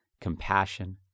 compassion